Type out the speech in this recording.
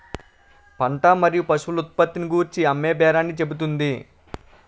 పంట మరియు పశువుల ఉత్పత్తిని గూర్చి అమ్మేబేరాన్ని చెబుతుంది